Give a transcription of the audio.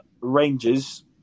Rangers